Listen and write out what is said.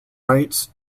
rights